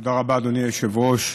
תודה רבה, אדוני היושב-ראש.